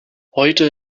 heute